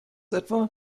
etwa